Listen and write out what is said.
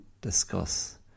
discuss